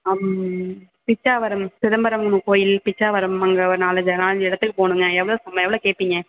ம் பிச்சாவரம் சிதம்பரம் கோயில் பிச்சாவரம் அங்கே ஒரு நாலஞ்சு நாலஞ்சு இடத்துக்கு போகணுங்க எவ்வளோ சம்பளம் எவ்வளோ கேட்பிங்க